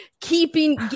keeping